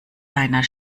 deiner